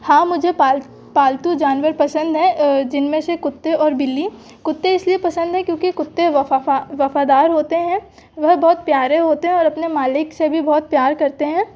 हाँ मुझे पाल पालतू जानवर पसंद है जिन में से कुत्ते और बिल्ली कुत्ते इस लिए पसंद है क्योंकि कुत्ते वफ़ादार होते हैं वह बहुत प्यारे होते हैं और अपने मालिक से भी बहुत प्यार करते हैं